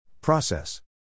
Process